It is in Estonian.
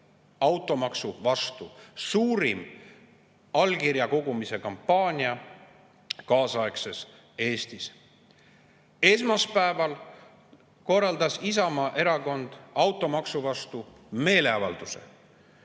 automaksu vastu. Suurim allkirja kogumise kampaania kaasaegses Eestis! Esmaspäeval korraldas Isamaa Erakond automaksu vastu meeleavalduse.